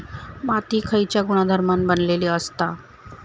माती खयच्या गुणधर्मान बनलेली असता?